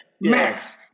Max